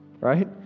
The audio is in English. Right